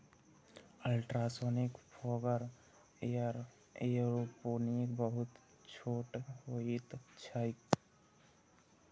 ultrasonic fogger aeroponic बहुत छोट होइत छैक